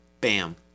Bam